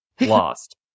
lost